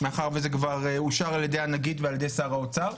מאחר וזה כבר אושר על ידי הנגיד ועל ידי שר האוצר,